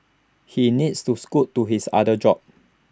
he needs to scoot to his other job